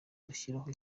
gushyiraho